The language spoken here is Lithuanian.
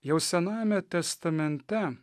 jau senajame testamente